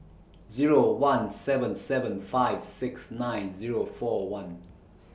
Zero one seven seven five six nine Zero four one